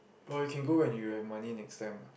or you can go when you have money next time [what]